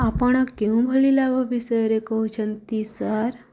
ଆପଣ କେଉଁ ଭଳି ଲାଭ ବିଷୟରେ କହୁଛନ୍ତି ସାର୍